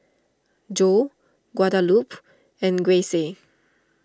Jo Guadalupe and Grayce